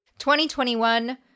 2021